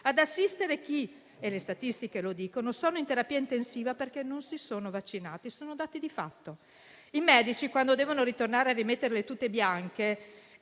ad assistere coloro che, secondo le statistiche, sono in terapia intensiva perché non si sono vaccinati (sono dati di fatto). I medici, quando devono tornare a mettersi le tute bianche